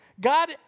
God